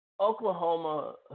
Oklahoma